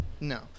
No